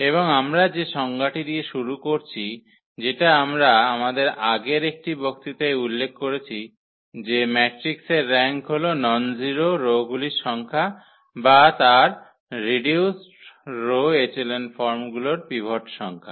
এবং আমরা যে সংজ্ঞাটি দিয়ে শুরু করছি যেটা আমরা আমাদের আগের একটি বক্তৃতায় উল্লেখ করেছি যে ম্যাট্রিক্সের র্যাঙ্ক হল নন জিরো রোগুলির সংখ্যা বা তার রিডিউস রো এচেলন ফর্মগুলির পিভট সংখ্যা